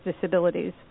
disabilities